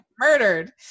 murdered